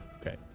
Okay